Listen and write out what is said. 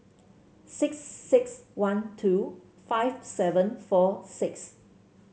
six six one two five seven four six